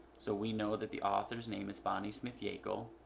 so we know that the author's name is bonnie smth-yackel.